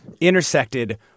intersected